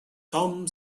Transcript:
tom